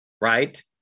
right